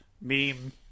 meme